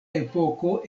epoko